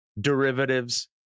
derivatives